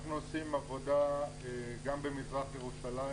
אנחנו עושים עבודה גם במזרח ירושלים.